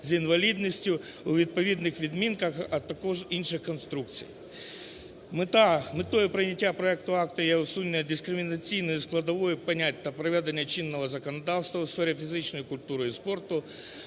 з інвалідністю" у відповідних відмінках, а також інших конструкціях. Мета: метою прийняття проекту акта є усунення дискримінаційної складової понять та приведення чинного законодавства у сфері фізичної культури і спорту